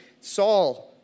Saul